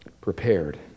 prepared